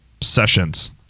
sessions